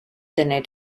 tener